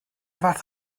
fath